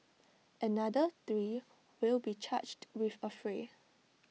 another three will be charged with affray